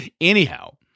Anyhow